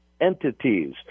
entities